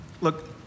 look